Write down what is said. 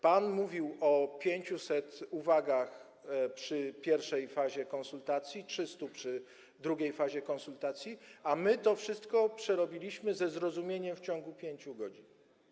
Pan mówił o 500 uwagach w pierwszej fazie konsultacji, 300 w drugiej fazie konsultacji, a my to wszystko przerobiliśmy ze zrozumieniem w ciągu 5 godzin.